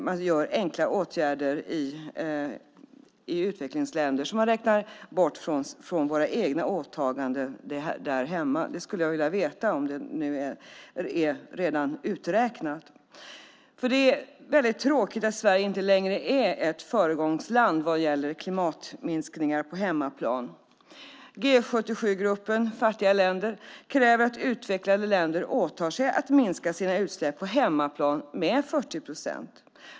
Man vidtar enkla åtgärder i utvecklingsländer som man räknar bort från våra egna åtaganden här hemma. Jag skulle vilja veta det, om det redan är uträknat. Det är tråkigt att Sverige inte längre är ett föregångsland vad gäller "klimatminskningar" på hemmaplan.